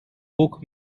boek